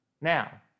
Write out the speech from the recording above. Now